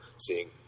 seeing